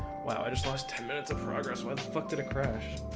wow, i just lost ten minutes of progress when sucked at a crash